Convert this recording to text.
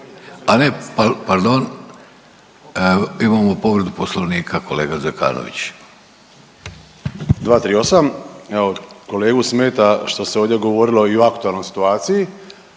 A ne, pardon! Imamo povredu Poslovnika, kolega Zekanović. **Zekanović, Hrvoje (HDS)** 238. Evo kolegu smeta što se ovdje govorilo i o aktualnoj situaciji,